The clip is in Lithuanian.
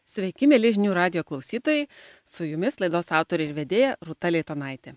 sveiki mieli žinių radijo klausytojai su jumis laidos autorė ir vedėja rūta leitonaitė